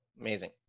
Amazing